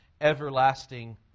everlasting